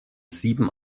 sieben